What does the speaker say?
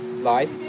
life